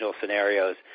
scenarios